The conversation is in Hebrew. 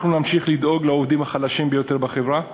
אנחנו נמשיך לדאוג לעובדים החלשים ביותר בחברה.